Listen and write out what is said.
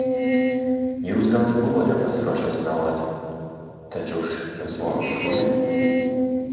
jūs gal ir buvote pasiruošęs meluoti tačiau sesuo uršulė